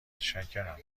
متشکرم